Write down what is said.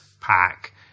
pack